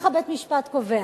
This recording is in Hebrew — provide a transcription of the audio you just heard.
ככה בית-משפט קובע.